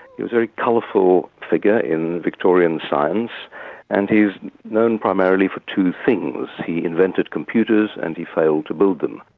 he was a very colourful figure in victorian science and he's known primarily for two things he invented computers and he failed to build them.